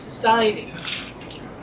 society